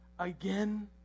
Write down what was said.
again